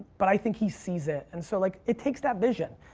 but i think he sees it and so like, it takes that vision.